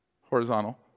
horizontal